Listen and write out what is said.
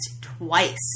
twice